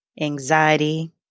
anxiety